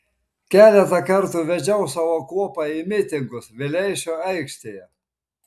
keletą kartų vedžiau savo kuopą į mitingus vileišio aikštėje